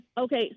Okay